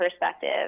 perspective